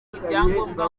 ibyangombwa